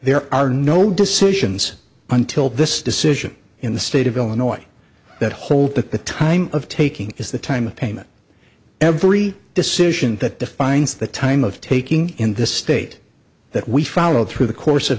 there are no decisions until this decision in the state of illinois that hold that the time of taking is the time of payment every decision that defines the time of taking in this state that we follow through the course of